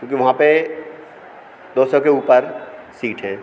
क्योंकि वहाँ पे दो सौ के ऊपर सीट हैं